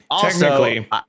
Technically